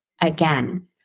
again